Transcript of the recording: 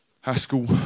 Haskell